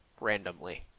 randomly